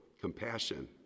compassion